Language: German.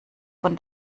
von